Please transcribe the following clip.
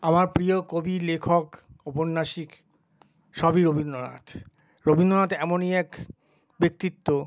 আমার প্রিয় কবি লেখক উপন্যাসিক সবই রবীন্দ্রনাথ রবীন্দ্রনাথ এমনই এক ব্যক্তিত্ব